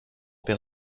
père